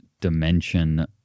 dimension